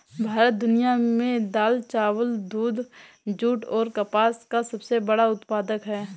भारत दुनिया में दाल, चावल, दूध, जूट और कपास का सबसे बड़ा उत्पादक है